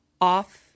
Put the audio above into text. Off